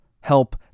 help